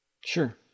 Sure